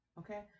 Okay